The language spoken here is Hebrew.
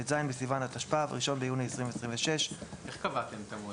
ט"ז בסיוון התשפ"ו (1 ביוני 2026). איך קבעתם את המועד?